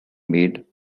made